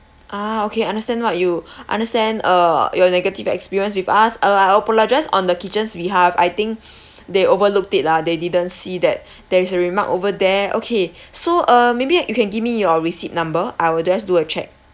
ah okay understand what you understand uh your negative experience with us uh I apologise on the kitchen's behalf I think they overlooked it lah they didn't see that there is a remark over there okay so uh maybe you can give me your receipt number I will just do a check